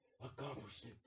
accomplished